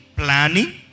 planning